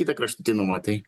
kitą kraštutinumą tai